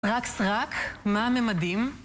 רק סרק? מה הממדים?